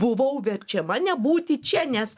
buvau verčiama nebūti čia nes